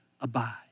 Abide